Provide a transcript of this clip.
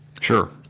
Sure